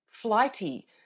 flighty